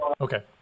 Okay